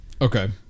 Okay